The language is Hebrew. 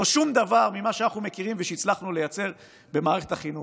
לא שום דבר ממה שאנחנו מכירים ושהצלחנו לייצר במערכת החינוך.